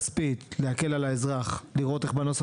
כספית כדי להקל על האזרח ולראות איך בנוסח